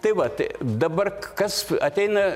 tai vat dabar kas ateina